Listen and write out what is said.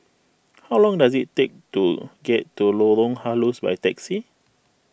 how long does it take to get to Lorong Halus by taxi